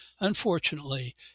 Unfortunately